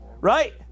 right